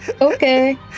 Okay